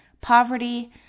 poverty